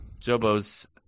Jobo's